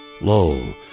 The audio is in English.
Lo